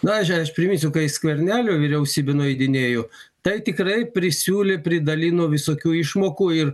na aš aš priminsiu kai skvernelio vyriausybė nueidinėjo tai tikrai prisiūlė pridalino visokių išmokų ir